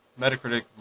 Metacritic